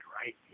right